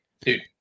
dude